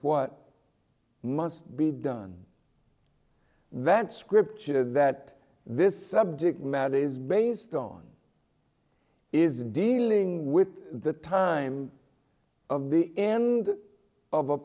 what must be done that scripture that this subject matter is based on is dealing with the time of the end of